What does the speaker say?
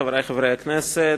חברי חברי הכנסת,